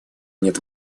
нет